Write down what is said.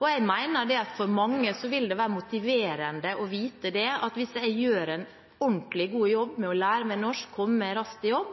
Jeg mener at for mange vil det være motiverende å vite at hvis jeg gjør en ordentlig god jobb med å lære meg norsk, komme raskt i jobb,